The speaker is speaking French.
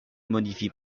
modifie